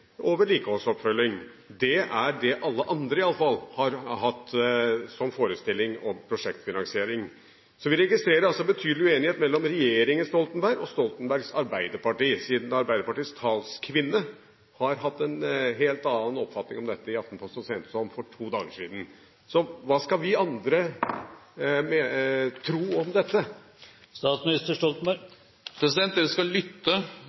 og vedlikeholdsoppfølging, er det slik i hvert fall alle andre har forestilt seg prosjektfinansiering. Vi registrerer altså betydelig uenighet mellom regjeringen Stoltenberg og Stoltenbergs Arbeiderparti, siden Arbeiderpartiets talskvinne har hatt en helt annen oppfatning om dette – i Aftenposten så sent som for to dager siden. Hva skal vi andre tro om dette? Dere skal lytte